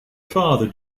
father